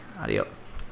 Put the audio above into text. Adios